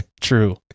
true